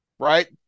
Right